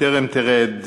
בטרם תרד,